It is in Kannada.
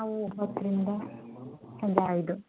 ನಾವು ಒಂಬತ್ತರಿಂದ ಸಂಜೆ ಐದು